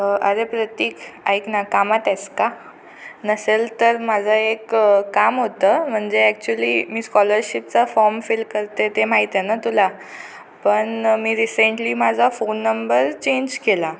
अरे प्रतीक ऐक ना कामात आहेस का नसेल तर माझं एक काम होतं म्हणजे ॲक्चुली मी स्कॉलरशिपचा फॉर्म फिल करते ते माहीत आहे ना तुला पण मी रिसेंटली माझा फोन नंबर चेंज केला